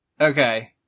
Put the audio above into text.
Okay